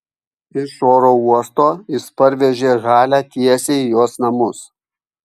iš oro uosto jis parvežė halę tiesiai į jos namus